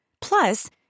Plus